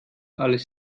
alles